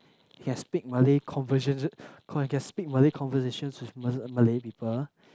he can speak Malay conversions he can speak conversations with ma~ Malay people